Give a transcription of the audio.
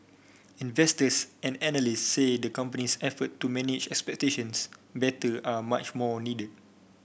investors and analyst say the company's effort to manage expectations better are much more needed